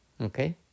Okay